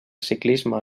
ciclisme